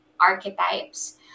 archetypes